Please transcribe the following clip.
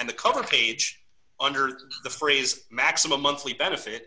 and the cover page under the phrase maximum monthly benefit